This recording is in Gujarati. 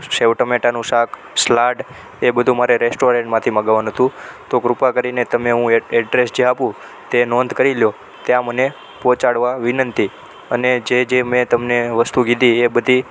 સેવ ટામેટાનું શાક સ્લાડ એ બધું મારે રેસ્ટોરન્ટમાંથી મંગાવાનું હતું તો કૃપા કરીને તમે હું એડ્રેસ જે આપું તે નોંધ કરી લો ત્યાં મને પહોંચાડવા વિનંતી અને જે જે મેં તમને વસ્તુ કીધી એ બધી